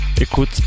écoute